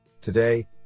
Today